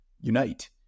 unite